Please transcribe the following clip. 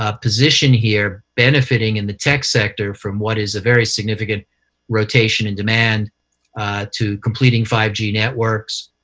ah position here benefitting in the tech sector from what is a very significant rotation in demand to completing five g networks,